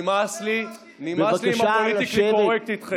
מה עשיתם, אני אומר לך, נמאס לי, בבקשה לשבת.